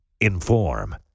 inform